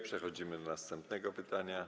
Przechodzimy do następnego pytania.